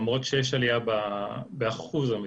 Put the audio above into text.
למרות שיש עלייה באחוז המחזור.